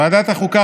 ועדת החוקה,